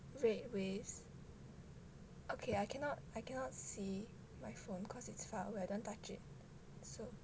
red waves okay I cannot I cannot see my phone cause it's far wait I don't touch it so